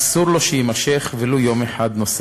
אסור לו שיימשך ולו יום אחד נוסף.